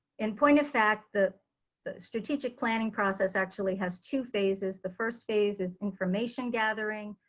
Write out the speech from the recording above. in point of fact, the the strategic planning process actually has two phases. the first phase is information gathering.